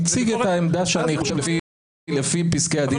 אני מציג את העמדה שאני חושב לפי פסקי הדין שקראתי.